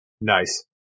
Nice